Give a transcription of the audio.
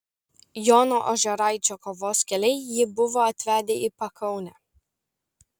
jono ožeraičio kovos keliai jį buvo atvedę į pakaunę